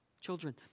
Children